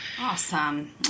awesome